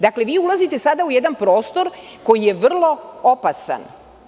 Dakle, vi ulazite sada u jedan prostor koji je vrlo opasan.